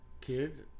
Kids